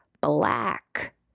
Black